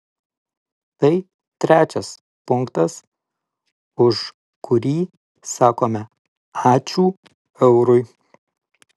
tai trečias punktas už kurį sakome ačiū eurui